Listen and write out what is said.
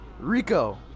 Rico